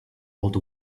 would